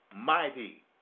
mighty